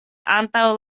antaŭ